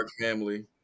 family